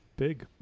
big